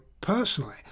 personally